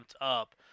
up